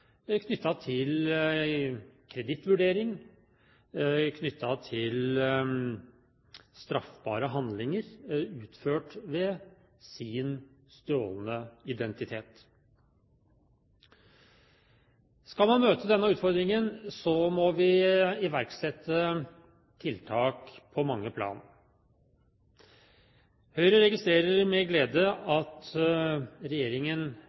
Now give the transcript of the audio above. hensyn til kredittvurdering og straffbare handlinger utført av den som har stjålet identiteten. Skal vi møte denne utfordringen, må vi iverksette tiltak på mange plan. Høyre registrerer med glede at regjeringen